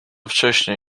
wcześnie